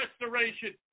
restoration